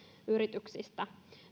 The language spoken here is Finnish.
yrityksistä